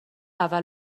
اول